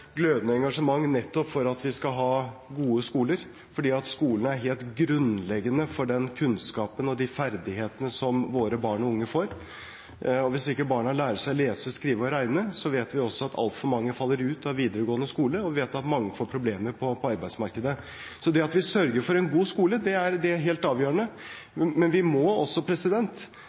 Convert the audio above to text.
glødende engasjement nettopp for at vi skal ha gode skoler, fordi skolene er helt grunnleggende for den kunnskapen og de ferdighetene våre barn og unge får. Hvis ikke barna lærer seg å lese, skrive og regne, vet vi også at altfor mange faller ut av videregående skole, og vi vet at mange får problemer på arbeidsmarkedet. Så det at vi sørger for en god skole, er helt avgjørende.